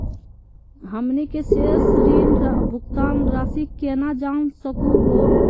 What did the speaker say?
हमनी के शेष ऋण भुगतान रासी केना जान सकू हो?